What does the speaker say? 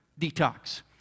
detox